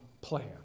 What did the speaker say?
plan